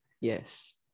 yes